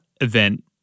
event